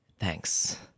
thanks